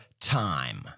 time